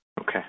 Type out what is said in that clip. Okay